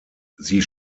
sie